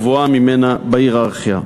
גבוהה ממנה בהייררכיה.